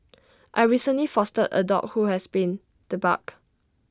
I recently fostered A dog who had been debarked